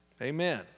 Amen